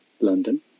London